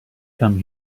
come